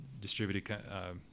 distributed